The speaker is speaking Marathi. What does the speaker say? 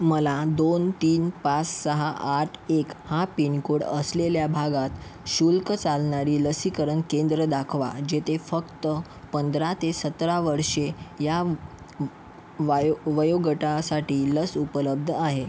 मला दोन तीन पाच सहा आठ एक हा पिनकोड असलेल्या भागात शुल्क चालणारी लसीकरण केंद्र दाखवा जेथे फक्त पंधरा ते सतरा वर्षे ह्या वायो वयोगटासाठी लस उपलब्ध आहे